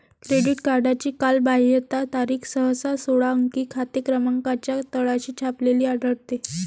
credit कार्डची कालबाह्यता तारीख सहसा सोळा अंकी खाते क्रमांकाच्या तळाशी छापलेली आढळते